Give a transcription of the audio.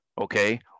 Okay